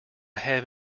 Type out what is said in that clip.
have